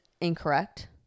incorrect